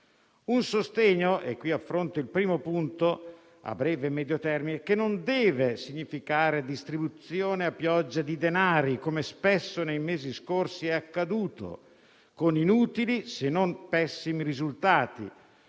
medio termine - e qui affronto il primo punto - non deve significare distribuzione a pioggia di denari, come spesso nei mesi scorsi è accaduto, con inutili, se non pessimi, risultati.